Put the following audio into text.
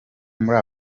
muri